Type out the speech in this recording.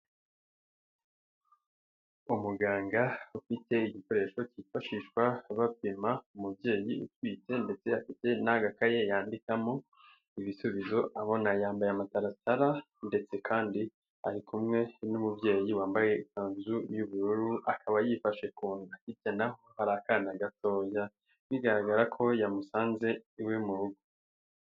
Umuganga ufite igikoresho cyifashishwa bapima umubyeyi utwite, ndetse n'agakaye yandikamo ibisubizo abona, yambaye amataratara ndetse kandi ari kumwe n'umubyeyi wambaye ikanzu y'ubururu, akaba yifashe ku nda, hirya naho hari akana gatoya, bigaragara ko yamusanze iwe mu rugo.